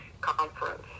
conference